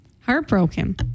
Heartbroken